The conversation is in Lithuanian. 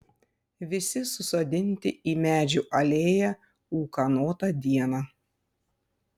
visi susodinti į medžių alėją ūkanotą dieną